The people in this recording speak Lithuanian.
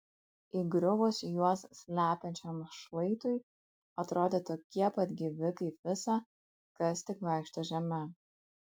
įgriuvus juos slepiančiam šlaitui atrodė tokie pat gyvi kaip visa kas tik vaikšto žeme